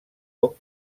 poc